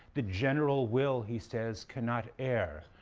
the general will, he says, cannot err,